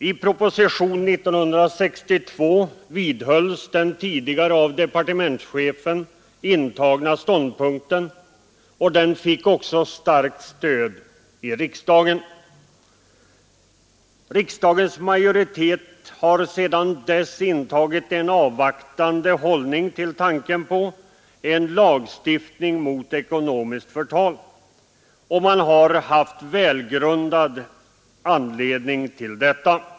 I proposition år 1962 vidhölls den av departementschefen tidigare intagna ståndpunkten, och den fick också starkt stöd i riksdagen. Riksdagens majoritet har sedan dess intagit en avvaktande hållning till tanken på en lagstiftning mot ekonomiskt förtal, och man har haft välgrundad anledning till detta.